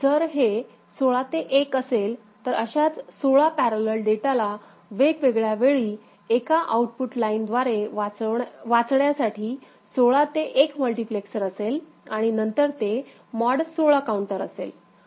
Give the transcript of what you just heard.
जर हे 16 ते 1 असेल तर अशाच 16 पॅरलल डेटाला वेगवेगळ्या वेळी एका आउटपुट लाइनद्वारे वाचण्यासाठी 16 ते 1 मल्टिप्लेक्सर असेल आणि नंतर ते मॉड 16 काउंटर असेल